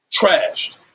trashed